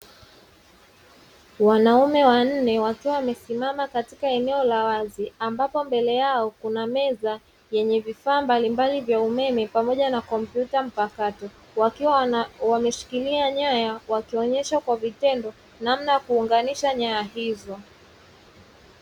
Wanaume wanne wakiwa wamesimama katika eneo la wazi, ambapo mbele yao kuna meza yenye vifaa mbalimbali vya umeme pamoja na kompyuta mpakato. Wakiwa wameshikilia nyaya na wakionyeshwa kwa vitendo namna ya kuunganisha nyaya hizo.